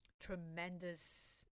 tremendous